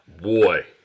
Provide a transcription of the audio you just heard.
boy